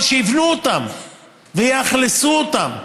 אבל שיבנו אותם ויאכלסו אותם,